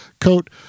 coat